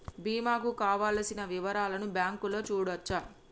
బీమా కు కావలసిన వివరాలను బ్యాంకులో చూడొచ్చా?